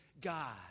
God